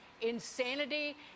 insanity